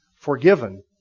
forgiven